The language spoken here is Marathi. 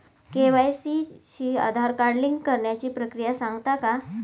के.वाय.सी शी आधार कार्ड लिंक करण्याची प्रक्रिया सांगता का?